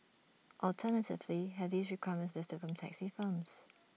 alternatively have these requirements lifted from taxi firms